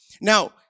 Now